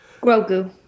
Grogu